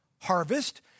harvest